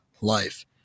life